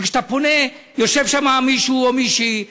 וכשאתה פונה יושב שם מישהו או מישהי,